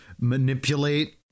manipulate